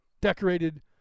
decorated